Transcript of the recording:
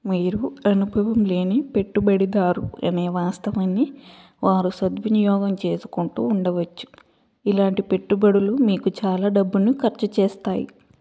మీరు అనుభవం లేని పెట్టుబడిదారు అనే వాస్తవాన్ని వారు సద్వినియోగం చేసుకుంటూ ఉండవచ్చు ఇలాంటి పెట్టుబడులు మీకు చాలా డబ్బును ఖర్చు చేస్తాయి